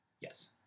Yes